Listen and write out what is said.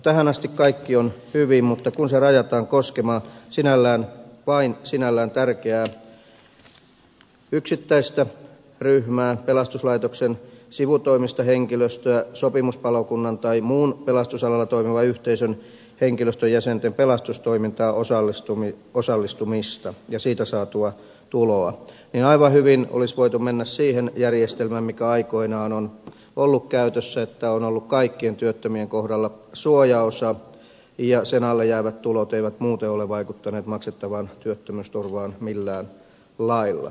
tähän asti kaikki on hyvin mutta kun se rajataan koskemaan vain sinällään tärkeää yksittäistä ryhmää pelastuslaitoksen sivutoimista henkilöstöä sopimuspalokunnan tai muun pelastusalalla toimivan yhteisön henkilöstön jäsenten pelastustoimintaan osallistumista ja siitä saatua tuloa niin aivan hyvin olisi voitu mennä siihen järjestelmään mikä aikoinaan on ollut käytössä että on ollut kaikkien työttömien kohdalla suojaosa ja sen alle jäävät tulot eivät muuten ole vaikuttaneet maksettavaan työttömyysturvaan millään lailla